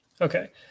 okay